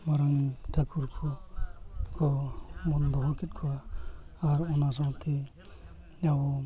ᱢᱟᱨᱟᱝ ᱴᱷᱟᱠᱩᱨ ᱠᱚᱠᱚ ᱵᱚᱱ ᱫᱚᱦᱚ ᱠᱮᱫ ᱠᱚᱣᱟ ᱟᱨ ᱚᱱᱟ ᱥᱟᱶᱛᱮ ᱟᱵᱚ